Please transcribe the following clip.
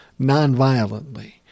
nonviolently